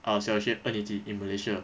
err 小学二年级 in malaysia